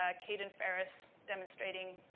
ah caden ferris demonstrating